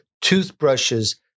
toothbrushes